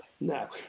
No